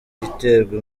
iterwa